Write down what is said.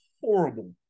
horrible